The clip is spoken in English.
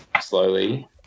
slowly